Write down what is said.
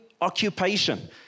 occupation